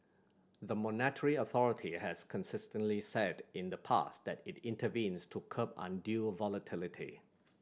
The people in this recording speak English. the monetary authority has consistently said in the past that it intervenes to curb undue volatility